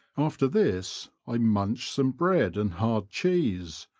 after this i munched some bread and hard cheese,